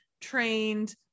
trained